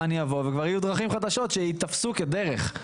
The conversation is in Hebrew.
אני אבוא וכבר יהיו דרכים חדשות שייתפסו כדרך.